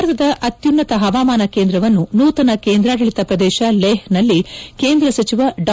ಭಾರತದ ಅತ್ಯುನ್ನತ ಹವಾಮಾನ ಕೇಂದ್ರವನ್ನು ನೂತನ ಕೇಂದ್ರಾಡಳಿತ ಪ್ರದೇಶ ಲೇಹ್ನಲ್ಲಿ ಕೇಂದ್ರ ಸಚಿವ ಡಾ